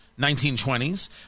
1920s